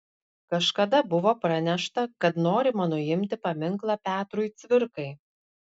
kažkada buvo pranešta kad norima nuimti paminklą petrui cvirkai